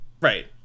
Right